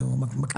מקטין את זה.